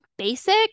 Basic